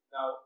Now